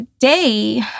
today